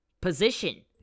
position